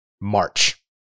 March